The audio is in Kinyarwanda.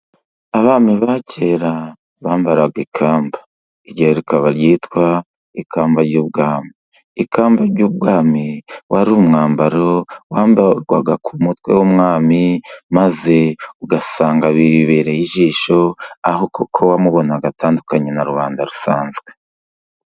Abami ba kera bambaraga ikamba iryo rikaba ryitwa ikamba ry'ubwami, ikamba ry'ubwami wari umwambaro wambarwaga ku mutwe w'umwami ,maze ugasanga bibereye ijisho ,aho kuko wamubonaga atandukanye na rubanda rusanzwe.